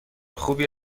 خوبی